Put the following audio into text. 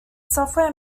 software